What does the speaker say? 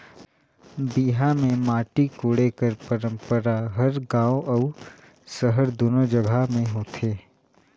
बिहा मे माटी कोड़े कर पंरपरा हर गाँव अउ सहर दूनो जगहा मे होथे